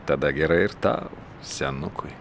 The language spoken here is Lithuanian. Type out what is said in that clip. tada gerai ir tau senukui